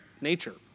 nature